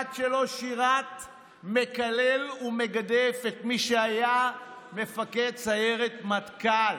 אחד שלא שירת מקלל ומגדף את מי שהיה מפקד סיירת מטכ"ל.